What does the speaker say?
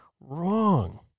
Wrong